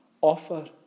offer